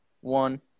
one